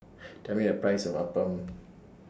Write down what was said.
Tell Me The Price of Appam